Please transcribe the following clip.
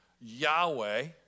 Yahweh